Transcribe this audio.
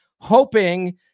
hoping